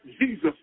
Jesus